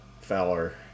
fowler